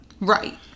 Right